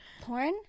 Porn